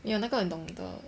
没有那个你懂得